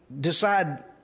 decide